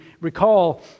recall